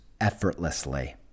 effortlessly